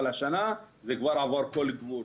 אבל השנה זה כבר עבר כל גבול.